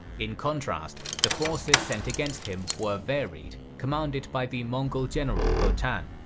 in contrast, the forces sent against him were varied, commanded by the mongol general ho-tan.